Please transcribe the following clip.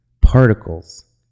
particles